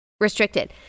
restricted